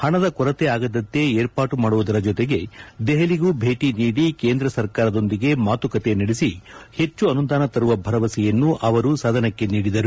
ಪಣದ ಕೊರತೆ ಆಗದಂತೆ ಏರ್ಪಾಟು ಮಾಡುವ ಜತೆಗೆ ದೆಹಲಿಗೂ ಭೇಟಿ ನೀಡಿ ಕೇಂದ್ರ ಸರ್ಕಾರದೊಂದಿಗೆ ಮಾತುಕತೆ ನಡೆಸಿ ಹೆಚ್ಚು ಅನುದಾನ ತರುವ ಭರವಸೆಯನ್ನು ಅವರು ಸದನಕ್ಕೆ ನೀಡಿದರು